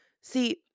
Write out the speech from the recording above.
See